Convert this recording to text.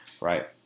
right